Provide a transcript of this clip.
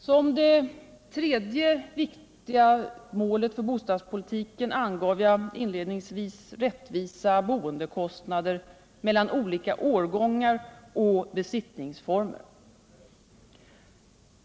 Som det tredje viktiga målet för bostadspolitiken angav jag inledningsvis rättvisa boendekostnader mellan olika årgångar och besittningsformer.